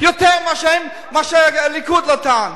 יותר מאשר הליכוד נתן.